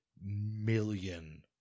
million